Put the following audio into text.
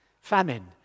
Famine